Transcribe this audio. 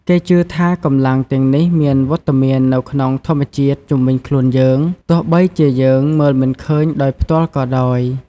គេជឿថា កម្លាំងទាំងនេះមានវត្តមាននៅក្នុងធម្មជាតិជុំវិញខ្លួនយើង ទោះបីជាយើងមើលមិនឃើញដោយផ្ទាល់ក៏ដោយ។